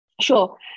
Sure